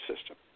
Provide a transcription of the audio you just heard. System